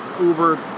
Uber